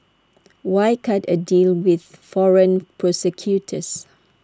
why cut A deal with foreign prosecutors